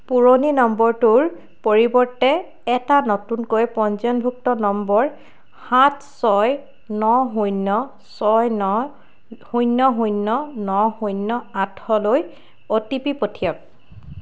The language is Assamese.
পুৰণি নম্বৰটোৰ পৰিৱৰ্তে এটা নতুনকৈ পঞ্জীয়নভুক্ত নম্বৰ সাত ছয় ন শূন্য ছয় ন শূন্য শূন্য ন শূন্য আঠলৈ অ'টিপি পঠিয়াওক